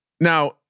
now